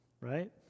right